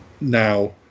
now